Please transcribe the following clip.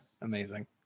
Amazing